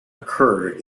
occur